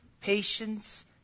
patience